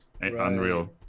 Unreal